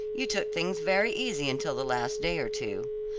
you took things very easy until the last day or two.